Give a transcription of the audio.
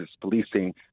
policing